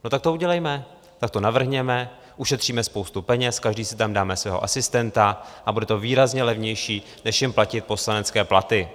No, tak to udělejme, tak to navrhněme, ušetříme spoustu peněz, každý si tam dáme svého asistenta a bude to výrazně levnější než jim platit poslanecké platy.